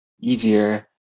easier